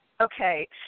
Okay